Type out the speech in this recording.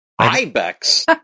ibex